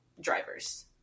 drivers